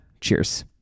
Cheers